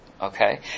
Okay